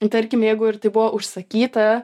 tarkim jeigu ir tai buvo užsakyta